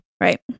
Right